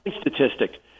statistic